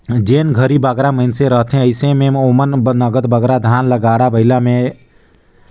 जेन घरे बगरा मइनसे रहथें अइसे में ओमन नगद बगरा धान ल गाड़ा बइला में होए कि टेक्टर में होए कुटवाए बर लेइजथें